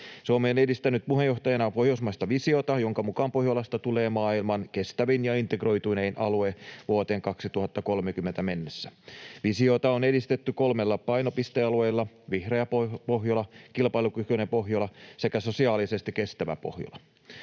Suomi on edistänyt puheenjohtajana pohjoismaista visiota, jonka mukaan Pohjolasta tulee maailman kestävin ja integroitunein alue vuoteen 2030 mennessä. Visiota on edistetty kolmella painopistealueella: vihreä Pohjola, kilpailukykyinen Pohjola sekä sosiaalisesti kestävä Pohjola.